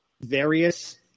various